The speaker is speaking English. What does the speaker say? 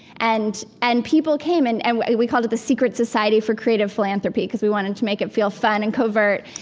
and and people came. and and we we called it the secret society for creative philanthropy because we wanted to make it feel fun and covert.